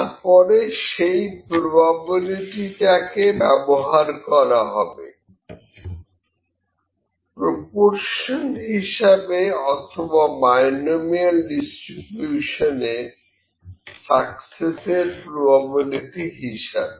তার পরে সেই প্রবাবিলিটি টাকে ব্যবহার করা হবে প্রপরশন হিসাবে অথবা বাইনোমিয়াল ডিস্ট্রিবিউশনে সাকসেসের প্রবাবিলিটি হিসাবে